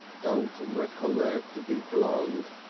don't recollect, be blowed!